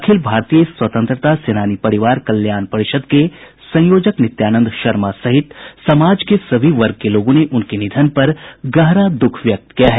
अखिल भारतीय स्वतंत्रता सेनानी परिवार कल्याण परिषद् के संयोजक नित्यानंद शर्मा सहित समाज के सभी वर्ग के लोगों ने उनके निधन पर गहरा दुःख व्यक्त किया है